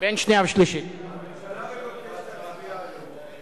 סעיף 4, כהצעת הוועדה ועם ההסתייגויות שנתקבלו,